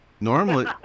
Normally